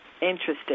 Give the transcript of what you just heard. Interesting